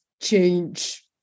change